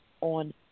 On